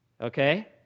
Okay